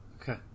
Okay